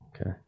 okay